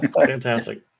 Fantastic